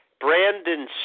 Brandon